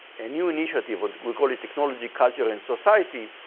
a new initiative, ah we call it technology, culture, and society.